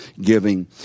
giving